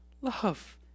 love